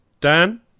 Dan